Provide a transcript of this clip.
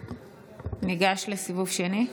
ניגש לסיבוב שני?